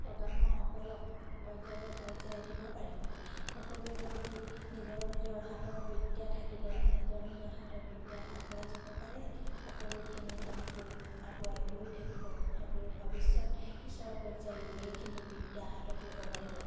প্ৰজন্মসকলক পৰ্যায় বা পৰ্যায় দিব পাৰিব সকলোৱে যদি নিজৰ নিজৰ হাতৰ বিদ্যা থাকিলে নিজৰ নিজৰ হাতৰ বিদ্যাত আগুৱাই যাব পাৰে সকলোখিনি তেনেকৈ আগুৱাই গৈ থাকিব সদূৰ ভৱিষ্যত পিছৰ পৰ্যায়ো এইখিনি বিদ্যা হাতত ল'ব পাৰিব